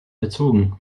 erzogen